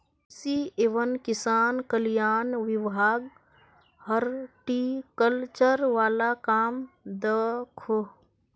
कृषि एवं किसान कल्याण विभाग हॉर्टिकल्चर वाल काम दखोह